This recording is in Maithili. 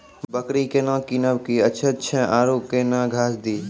बकरी केना कीनब केअचछ छ औरू के न घास दी?